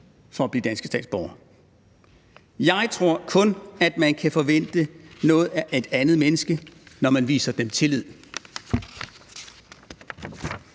for at blive danske statsborgere. Jeg tror kun, at man kan forvente noget af et andet menneske, når man viser vedkommende